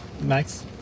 max